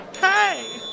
Hey